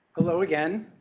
hello again.